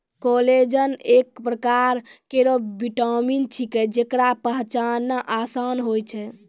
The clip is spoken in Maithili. कोलेजन एक परकार केरो विटामिन छिकै, जेकरा पचाना आसान होय छै